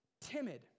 timid